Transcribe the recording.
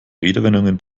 redewendungen